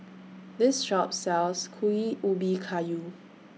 This Shop sells Kuih Ubi Kayu